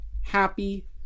happy